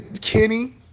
Kenny